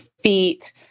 feet